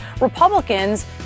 Republicans